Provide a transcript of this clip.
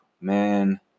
man